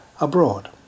abroad